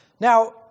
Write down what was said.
Now